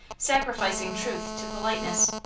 sacrificing truth to politeness.